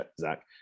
Zach